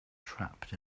trapped